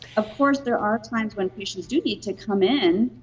of course, there are times when patients do need to come in.